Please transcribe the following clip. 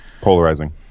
Polarizing